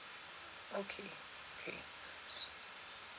okay okay